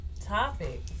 topic